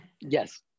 yes